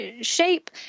shape